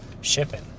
shipping